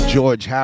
George